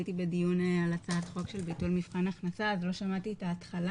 הייתי בדיון על הצעת חוק של ביטול מבחן הכנסה אז לא שמעתי את ההתחלה.